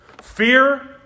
Fear